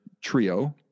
Trio